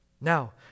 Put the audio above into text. Now